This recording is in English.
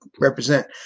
represent